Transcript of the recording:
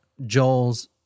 Joel's